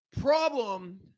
problem